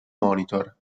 monitor